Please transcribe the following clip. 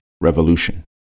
Revolution